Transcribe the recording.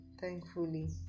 thankfully